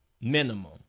minimum